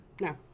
No